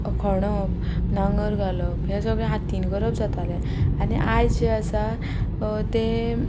खोणप नांगर घालप हे सगळे हातीन करप जातालें आनी आयज जें आसा तें